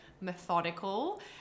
methodical